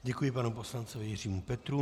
Děkuji panu poslanci Jiřímu Petrů.